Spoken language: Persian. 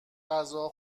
غذا